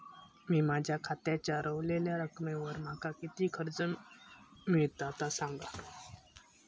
मी माझ्या खात्याच्या ऱ्हवलेल्या रकमेवर माका किती कर्ज मिळात ता सांगा?